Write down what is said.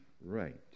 right